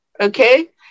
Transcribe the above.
Okay